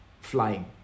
flying